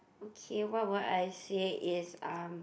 okay what would I say is um